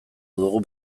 dugu